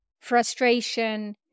frustration